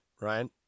Ryan